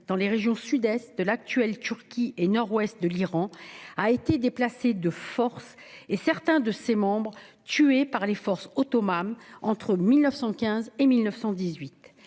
dans les régions au sud-est de l'actuelle Turquie et au nord-ouest de l'Iran, a été déplacée de force et certains de ses membres tués par les forces ottomanes entre 1915 et 1918.